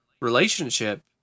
relationship